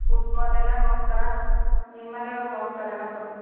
ಫುಟ್ಬಾಲೆಲ್ಲ ನೋಡ್ತಾರಾ ನಿಮ್ಮ ಮನೆಯವ್ರೂ ನೋಡ್ತಾರೇನೋ ಫುಟ್